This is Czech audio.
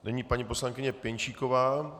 Nyní paní poslankyně Pěnčíková.